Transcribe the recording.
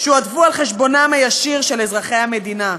שהועדפו על חשבונם הישיר של אזרחי המדינה.